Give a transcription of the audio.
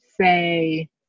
say